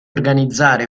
organizzare